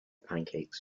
pancakes